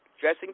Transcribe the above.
Dressing